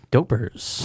Dopers